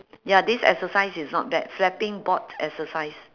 ya this exercise is not bad flapping bot exercise